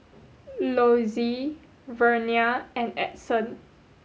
Lossie Vernia and Edson